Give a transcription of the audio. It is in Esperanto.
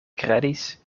kredis